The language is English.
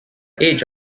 age